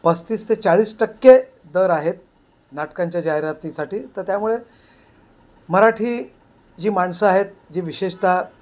पस्तीस ते चाळीस टक्के दर आहेत नाटकांच्या जाहिरातीसाठी तर त्यामुळे मराठी जी माणसं आहेत जी विशेषतः